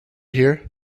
here